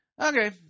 Okay